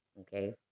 Okay